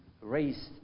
raised